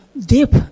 deep